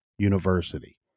University